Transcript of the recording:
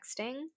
texting